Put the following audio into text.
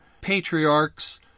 patriarchs